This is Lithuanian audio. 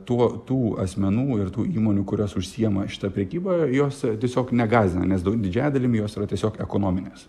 tuo tų asmenų ir tų įmonių kurios užsiima šita prekyba jose tiesiog negąsdina nes didžia dalimi jos yra tiesiog ekonominės